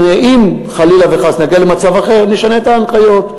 אם, חלילה וחס, נגיע למצב אחר, נשנה את ההנחיות.